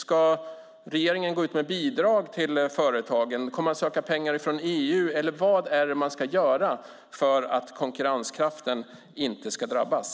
Ska regeringen gå ut med bidrag till företagen? Kommer man att söka pengar från EU? Vad ska man göra för att konkurrenskraften inte ska drabbas?